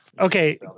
Okay